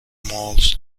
malls